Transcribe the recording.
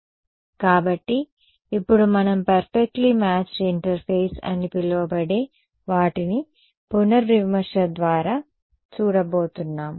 పర్ఫెక్ట్గా కాబట్టి ఇప్పుడు మనం పెర్ఫెక్లీ మ్యాచ్డ్ ఇంటర్ఫేస్ అని పిలవబడే వాటిని పునర్విమర్శ ద్వారా చూడబోతున్నాము